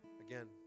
Again